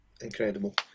incredible